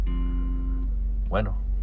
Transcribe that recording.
bueno